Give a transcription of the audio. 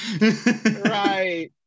Right